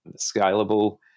scalable